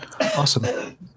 Awesome